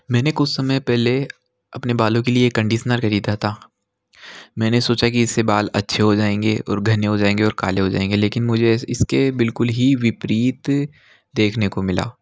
मैंने कुछ समय पहले अपने बालों के लिए कंडीसनर ख़रीदा था मैंने सोचा कि इस से बाल अच्छे हो जाएंगे और घने हो जाएंगे और काले हो जाएंगे लेकिन मुझे इस के बिल्कुल ही विपरीत देखने को मिला